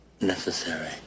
necessary